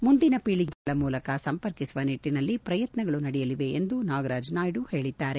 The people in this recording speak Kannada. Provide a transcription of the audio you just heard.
ಮುಂದಿನ ಪೀಳಿಗೆಯನ್ನು ಸಂಬಂಧಗಳ ಮೂಲಕ ಸಂಪರ್ಕಿಸುವ ನಿಟ್ಟನಲ್ಲಿ ಶ್ರಯತ್ನಗಳು ನಡೆಯಲಿವೆ ಎಂದು ನಾಗರಾಜ್ ನಾಯ್ಡು ಹೇಳಿದ್ದಾರೆ